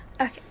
Okay